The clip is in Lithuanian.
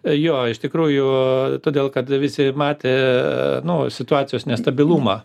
jo iš tikrųjų todėl kad visi matė nu situacijos nestabilumą